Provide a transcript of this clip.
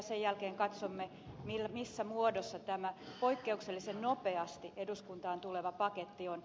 sen jälkeen katsomme missä muodossa tämä poikkeuksellisen nopeasti eduskuntaan tuleva paketti on